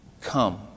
come